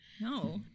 No